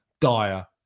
dire